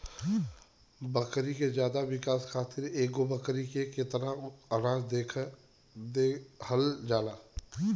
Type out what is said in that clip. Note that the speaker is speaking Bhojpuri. बकरी के ज्यादा विकास खातिर एगो बकरी पे कितना अनाज देहल जाला?